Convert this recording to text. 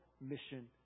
mission